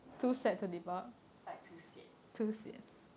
like too sian